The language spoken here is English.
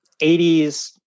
80s